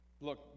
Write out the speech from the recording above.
Look